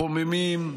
מקוממים,